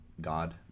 God